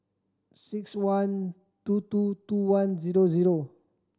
six one two two two one zero zero